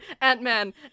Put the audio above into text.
Ant-Man